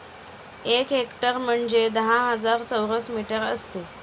एक हेक्टर म्हणजे दहा हजार चौरस मीटर असते